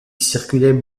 circulaient